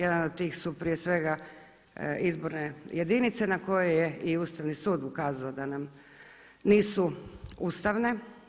Jedan od tih su prije svega izborne jedinice na koje je i Ustavni sud ukazao da nam nisu ustavne.